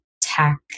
tech